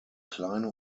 kleine